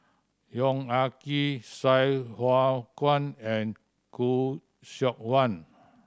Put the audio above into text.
Yong Ah Kee Sai Hua Kuan and Khoo Seok Wan